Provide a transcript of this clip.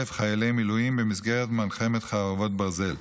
חיילי מילואים במסגרת מלחמת חרבות ברזל,